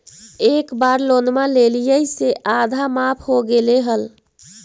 एक बार लोनवा लेलियै से आधा माफ हो गेले हल?